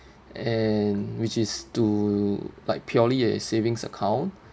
and which is to like purely a savings account